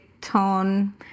tone